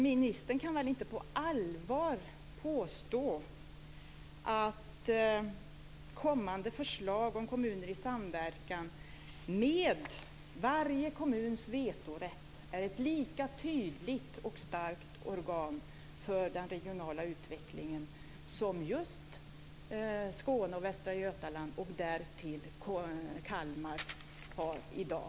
Ministern kan väl inte på allvar påstå att kommande förslag om kommuner i samverkan med varje kommuns vetorätt innebär ett lika tydligt och starkt organ för den regionala utvecklingen som just Skåne och Västra Götaland och därtill Kalmar har i dag?